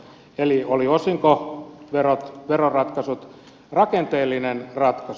eli oli osinkoveroratkaisut rakenteellinen ratkaisu